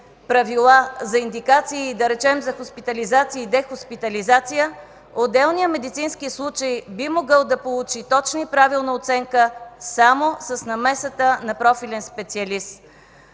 правила за индикация и, да речем, за хоспитализация и дехоспитализация, отделният медицински случай би могъл да получи точна и правилна оценка само с намесата на профилен специалист.